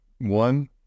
one